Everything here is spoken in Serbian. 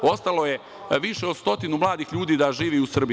Ostalo je više od stotine mladih ljudi da živi u Srbiji.